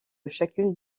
chacune